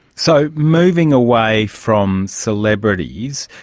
so moving away from celebrities,